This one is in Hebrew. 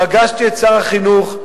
עם התפטרותו של חבר הכנסת כרמל